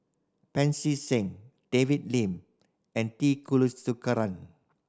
Pancy Seng David Lim and T Kulasekaram